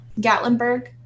gatlinburg